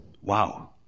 Wow